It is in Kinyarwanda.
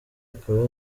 akaba